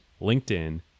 LinkedIn